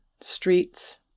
streets